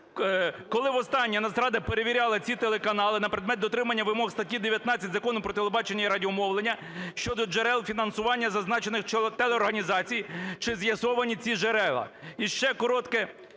Коли востаннє Нацрада перевіряла ці телеканали на предмет дотримання вимог статті 19 Закону "Про телебачення і радіомовлення" щодо джерел фінансування зазначених телеорганізацій? Чи з’ясовані ці джерела?